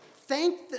Thank